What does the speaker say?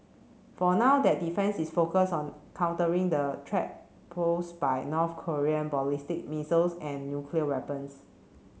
for now that defence is focused on countering the threat posed by North Korean ballistic missiles and nuclear weapons